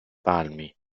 palmi